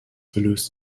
gelöst